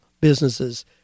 businesses